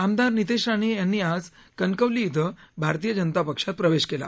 आमदार नितेश राणे यांनी आज कणकवली इथं भारतीय जनता पक्षात प्रवेश केला